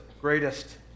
greatest